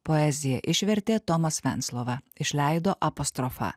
poeziją išvertė tomas venclova išleido apostrofa